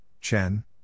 Chen